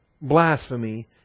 blasphemy